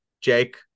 Jake